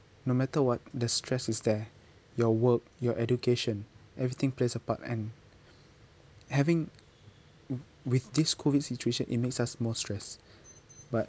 no matter what the stress is there your work your education everything plays a part and having with this COVID situation it makes us more stressed but